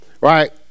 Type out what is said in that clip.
right